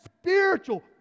spiritual